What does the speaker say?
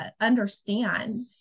understand